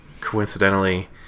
coincidentally